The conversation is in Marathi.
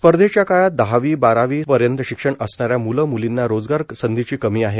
स्पर्धेच्या काळात दहावी बारावी पर्यंत शिक्षण असणाऱ्या म्ले म्लींना रोजगार संधीची कमी आहे